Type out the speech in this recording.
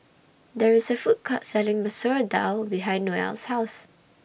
There IS A Food Court Selling Masoor Dal behind Noelle's House